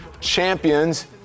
champions